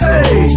Hey